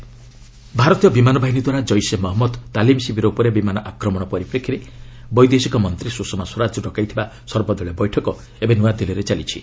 Sushma all party meet ଭାରତୀୟ ବିମାନ ବାହିନୀ ଦ୍ୱାରା କ୍ରିସେ ମହମ୍ମଦ ତାଲିମ୍ ଶିବିର ଉପରେ ବିମାନ ଆକ୍ରମଣ ପରିପ୍ରେକ୍ଷୀରେ ବୈଦେଶିକ ମନ୍ତ୍ରୀ ସୁଷମା ସ୍ୱରାଜ ଡକାଇଥିବା ସର୍ବଦଳୀୟ ବୈଠକ ଏବେ ନ୍ତଆଦିଲ୍ଲୀରେ ଚାଲିଛି